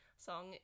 song